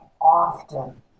often